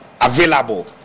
available